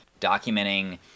documenting